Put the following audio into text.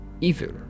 evil